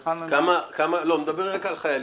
התחלנו עם --- אני מדבר רק על חיילים.